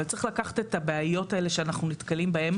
אבל צריך לקחת את הבעיות האלה שאנחנו נתקלים בהם